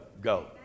go